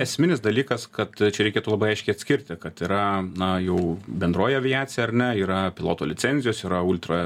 esminis dalykas kad čia reikėtų labai aiškiai atskirti kad yra na jau bendroji aviacija ar ne yra piloto licenzijos yra ultra